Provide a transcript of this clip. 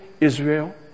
Israel